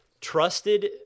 trusted